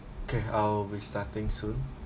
okay I'll be starting soon